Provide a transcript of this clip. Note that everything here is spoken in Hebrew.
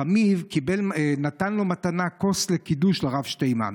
חמיו נתן לרב שטיינמן